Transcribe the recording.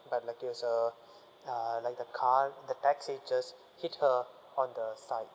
but like it was uh like the car the taxi just hit her on the side